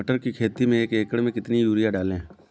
मटर की खेती में एक एकड़ में कितनी यूरिया डालें?